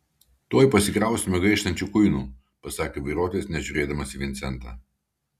tuoj pasikrausime gaištančių kuinų pasakė vairuotojas nežiūrėdamas į vincentą